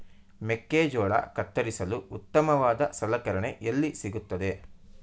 ಮೆಕ್ಕೆಜೋಳ ಕತ್ತರಿಸಲು ಉತ್ತಮವಾದ ಸಲಕರಣೆ ಎಲ್ಲಿ ಸಿಗುತ್ತದೆ?